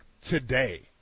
today